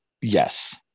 Yes